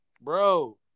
Bro